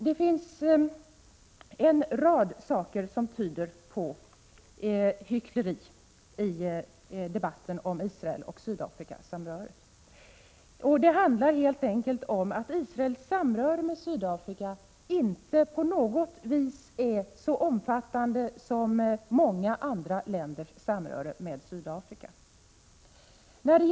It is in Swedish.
Det finns en rad saker som tyder på hyckleri i debatten om Israel och Sydafrikasamröret. Det handlar helt enkelt om att Israels samröre med Sydafrika inte på något vis är så omfattande som många andra länders. När dett.ex.